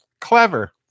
Clever